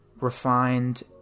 refined